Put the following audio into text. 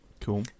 cool